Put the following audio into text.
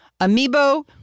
Amiibo